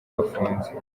bafunzwe